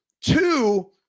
two